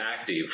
active